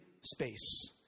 space